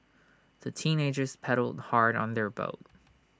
the teenagers paddled hard on their boat